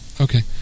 Okay